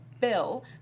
bill